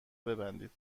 ببندید